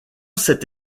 cette